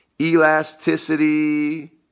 elasticity